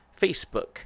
facebook